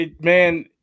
Man